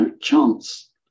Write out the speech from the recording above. chance